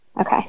Okay